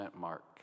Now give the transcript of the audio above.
mark